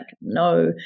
no